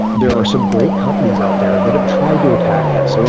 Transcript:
there are some great companies out there that have tried to attack this, and